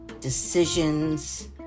decisions